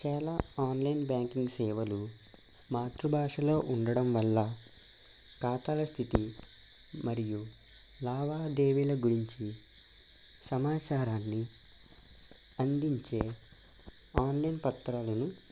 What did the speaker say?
చాలా online banking సేవలు మాతృభాషలో ఉండడం వల్ల ఖాతాల స్థితి మరియు లావాదేవీల గురించి సమాచారాన్ని అందించే ఆన్లైన్ పత్రాలను